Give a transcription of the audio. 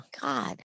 God